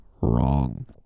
Wrong